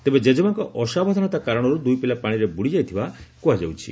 ତେବେ ଜେଜେମାଙ୍କ ଅସାବଧାନତା କାରଣରୁ ଦୁଇ ପିଲା ପାଶିରେ ବୁଡ଼ି ଯାଇଥିବା କୁହାଯାଉଛି